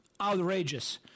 outrageous